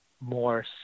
more